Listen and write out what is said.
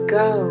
go